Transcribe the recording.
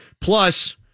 Plus